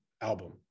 album